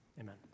amen